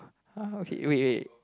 uh okay wait wait